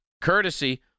Courtesy